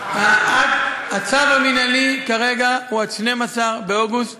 הצו המינהלי כרגע הוא עד 12 באוגוסט.